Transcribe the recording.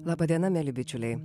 laba diena mieli bičiuliai